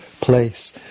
place